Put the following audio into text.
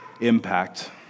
impact